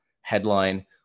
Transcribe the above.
headline